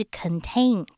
contain